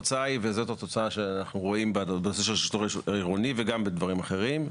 וזאת התוצאה שאנחנו רואים בעניין שיטור עירוני וגם בדברים אחרים,